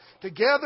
together